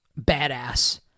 badass